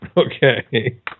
Okay